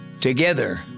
Together